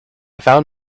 found